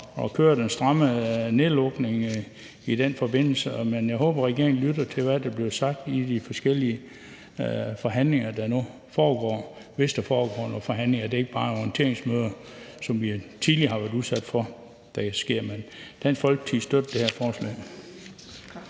at køre den stramme nedlukning i den forbindelse, men jeg håber, at regeringen lytter til, hvad der bliver sagt i de forskellige forhandlinger, der nu foregår – hvis der altså foregår nogle forhandlinger og det ikke bare er orienteringsmøder, som vi tidligere har været udsat for. Men Dansk Folkeparti støtter det her forslag.